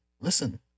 listen